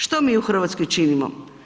Što mi u Hrvatskoj činimo?